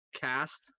cast